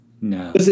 No